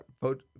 vote